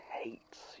hates